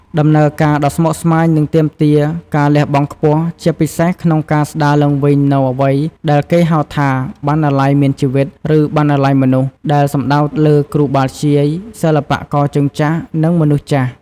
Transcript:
ដំណើរការដ៏ស្មុគស្មាញ និងទាមទារការលះបង់ខ្ពស់ ជាពិសេសក្នុងការស្តារឡើងវិញនូវអ្វីដែលគេហៅថា "បណ្ណាល័យមានជីវិត" ឬ "បណ្ណាល័យមនុស្ស" ដែលសំដៅលើ គ្រូបាធ្យាយ សិល្បករជើងចាស់ និងមនុស្សចាស់។